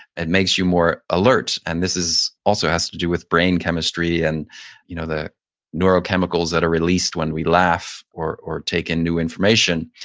and makes you more alert. and this also has to do with brain chemistry and you know the neuro chemicals that are released when we laugh or or take in new information.